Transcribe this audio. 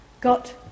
got